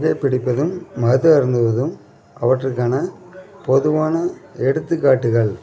புகை பிடிப்பதும் மது அருந்துவதும் அவற்றுக்கான பொதுவான எடுத்துக்காட்டுகள்